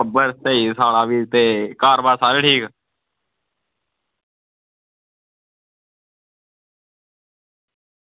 घर बाहर सारा ठीक